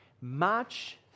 March